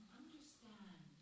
understand